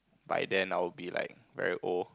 by then I will be like very old